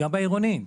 גם בעירוניים,